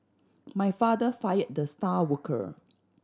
my father fired the star worker